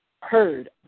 heard